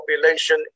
population